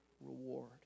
reward